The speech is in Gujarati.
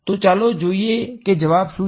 તો ચાલો જોઈએ કે જવાબ શું છે